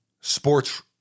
sports